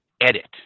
edit